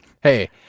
Hey